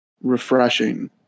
refreshing